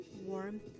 warmth